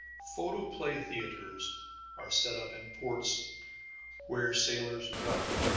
photoplay theatres are set up in ports where sailors revel,